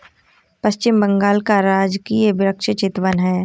पश्चिम बंगाल का राजकीय वृक्ष चितवन है